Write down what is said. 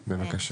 כן, בבקשה.